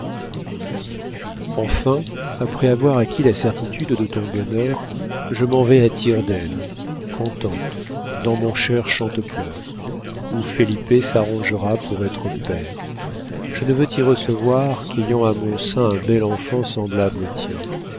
enfin après avoir acquis la certitude de ton bonheur je m'en vais à tire d'aile contente dans mon cher chantepleurs où felipe s'arrangera pour être père je ne veux t'y recevoir qu'ayant à mon sein un bel enfant semblable au tien